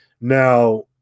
Now